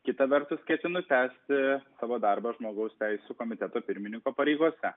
kita vertus ketinu tęsti savo darbą žmogaus teisių komiteto pirmininko pareigose